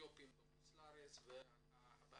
אתיופים בחו"ל והעבודה